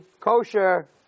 kosher